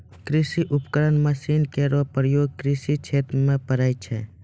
कृषि उपकरण मसीन केरो प्रयोग कृषि क्षेत्र म पड़ै छै